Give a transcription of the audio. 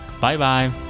Bye-bye